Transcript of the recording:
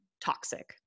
toxic